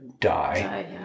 Die